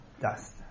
dust